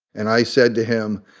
and i said to him,